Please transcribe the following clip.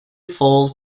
falls